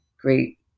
great